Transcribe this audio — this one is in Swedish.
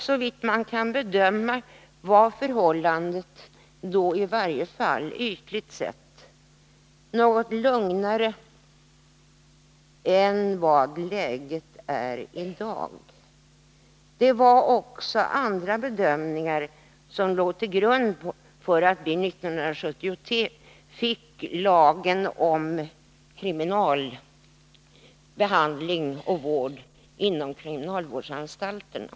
Såvitt man kan bedöma var förhållandena då — i varje fall ytligt sett — något lugnare än de är i dag. Det var också andra bedömningar som låg till grund för att vi 1973 fick lagen om behandling och Nr 86 vård inom kriminalvårdsanstalterna.